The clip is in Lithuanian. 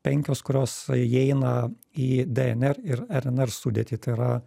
penkios kurios įeina į dnr ir rnr sudėtį tai yra